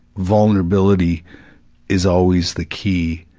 vulnerability is always the key,